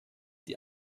die